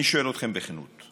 אני שואל אתכם בכנות,